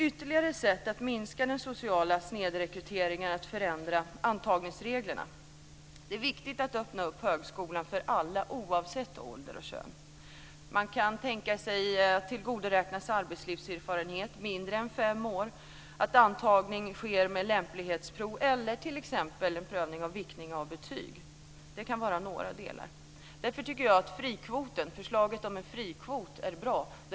Ytterligare ett sätt att minska den sociala snedrekryteringen är att förändra antagningsreglerna. Det är viktigt att öppna högskolan för alla, oavsett ålder och kön. Vi kan tänka oss att man kan få tillgodoräkna sig arbetslivserfarenhet, även om man arbetat i mindre än fem år. Antagning kan ske med lämplighetsprov. Vi kan pröva ett system med viktning av betyg. Det är några sätt. Därför tycker jag att förslaget om en frikvot är bra.